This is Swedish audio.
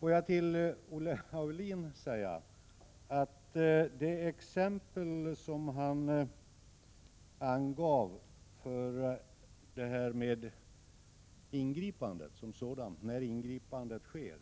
Herr talman! Olle Aulin tog upp frågan om när ingripande skall ske,